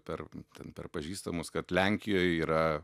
per ten per pažįstamus kad lenkijoj yra